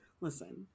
Listen